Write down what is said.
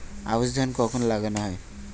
আউশ ধান কখন লাগানো হয়?